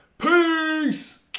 PEACE